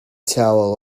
towel